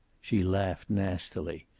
she laughed nastily.